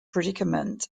predicament